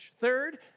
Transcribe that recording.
Third